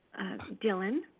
Dylan